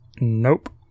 Nope